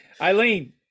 Eileen